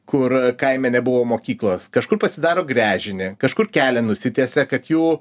kur kaime nebuvo mokyklos kažkur pasidaro gręžinį kažkur kelią nusitiesia kad jų